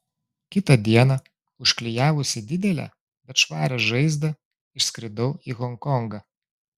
kitą dieną užklijavusi didelę bet švarią žaizdą išskridau į honkongą